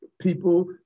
people